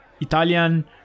Italian